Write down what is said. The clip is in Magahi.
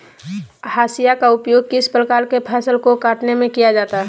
हाशिया का उपयोग किस प्रकार के फसल को कटने में किया जाता है?